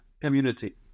community